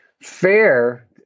Fair